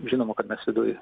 žinoma kad mes viduj